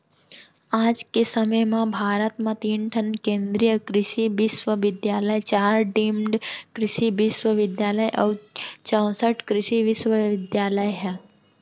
आज के समे म भारत म तीन ठन केन्द्रीय कृसि बिस्वबिद्यालय, चार डीम्ड कृसि बिस्वबिद्यालय अउ चैंसठ कृसि विस्वविद्यालय ह